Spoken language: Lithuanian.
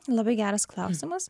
labai geras klausimas